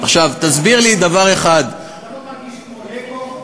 אתה לא מרגיש כמו לגו?